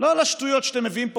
לא על השטויות שאתם מביאים פה,